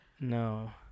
no